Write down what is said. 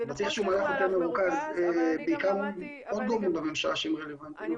צריך מהלך מרוכז בעיקר עם עוד גורמים בממשלה שהם גורמים רלוונטיים.